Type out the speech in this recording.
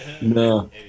no